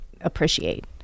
appreciate